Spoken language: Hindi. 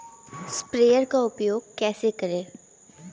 स्प्रेयर का उपयोग कैसे करें?